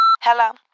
hello